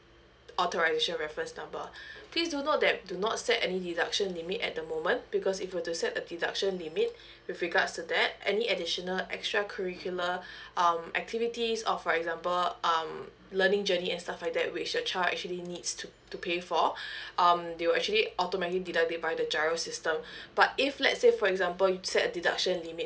authorisation reference number please do note that do not set any deduction limit at the moment because if you were to set a deduction limit with regards to that any additional extra curricular um activities or for example um learning journey and stuff like that which your child actually needs to to pay for um they will actually automatically deduct it by the GIRO system but if let's say for example you set a deduction limit